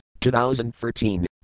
2013